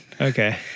Okay